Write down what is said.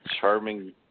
charming